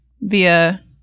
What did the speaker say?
via